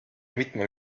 mitmel